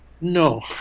No